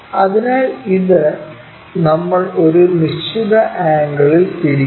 അതിനാൽ ഇത് നമ്മൾ ഒരു നിശ്ചിത ആംഗിളിൽ തിരിക്കുന്നു